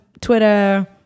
Twitter